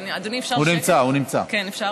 אדוני, אפשר